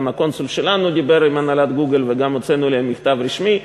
גם הקונסול שלנו דיבר עם הנהלת "גוגל" וגם הוצאנו להם מכתב רשמי,